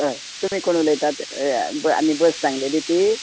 हय तुमी कोण उलयतात आमी बस सांगलेली ती